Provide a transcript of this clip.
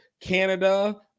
Canada